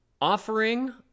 Offering